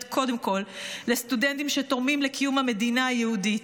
קודם כול לסטודנטים שתורמים לקיום המדינה היהודית,